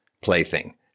plaything